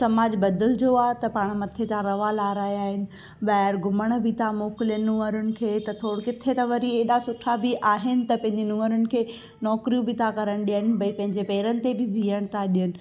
समाज बदिलजो आहे त पाण मथे था रवा लाराया आहिनि ॿाहिरि घुमण बि था मोकिले नूअरुनि खे त थोरो किथे त वरी हेॾा सुठा बि आहिनि त पंहिंजी नूअरुनि खे नौकिरियूं बि था करनि ॾियनि भई पंहिंजे पेरनि ते बि बीहनि था ॾियनि